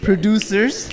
Producers